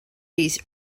these